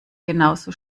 genauso